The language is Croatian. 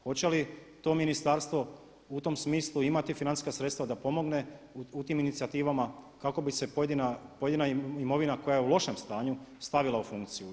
Hoće li to ministarstvo u tom smislu imati financijska sredstva da pomogne u tim inicijativama kako bi se pojedina imovina koja je u lošem stanju stavila u funkciju?